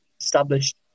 established